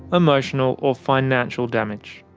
emotional or financial damage.